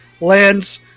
Lands